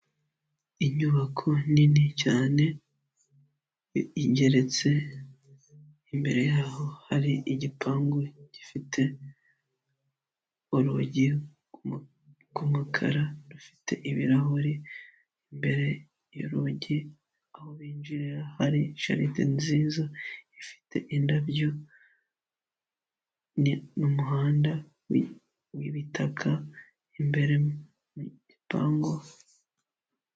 Inyubako nini cyane igeretse imbere yaho hari igipangu, gifite urugi rw'umukara rufite ibirahure imbere y'urugi aho binjirira hari jaride nziza, ifite indabyo n'umuhanda w'ibitaka imbere igipangu.